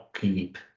keep